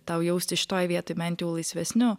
tau jaustis šitoj vietoj bent jau laisvesniu